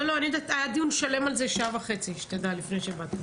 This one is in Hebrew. היה דיון שלם על זה, שעה וחצי שתדע, לפני שבאת.